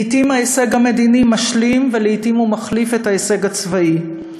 לעתים ההישג המדיני משלים ולעתים הוא מחליף את ההישג הצבאי.